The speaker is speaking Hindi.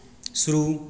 शुरू